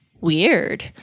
Weird